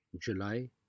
July